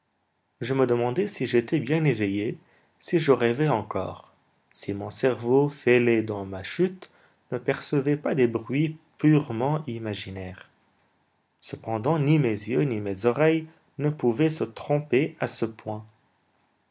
je me demandai si j'étais bien éveillé si je rêvais encore si mon cerveau fêlé dans ma chute ne percevait pas des bruits purement imaginaires cependant ni mes yeux ni mes oreilles ne pouvaient se tromper à ce point